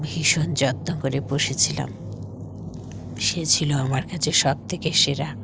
ভীষণ যত্ন করে পুষেছিলাম সে ছিল আমার কাছে সবথেকে সেরা